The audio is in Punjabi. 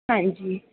ਹਾਂਜੀ